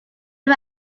him